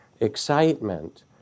excitement